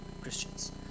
Christians